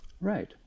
Right